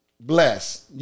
bless